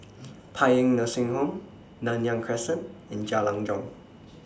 Paean Nursing Home Nanyang Crescent and Jalan Jong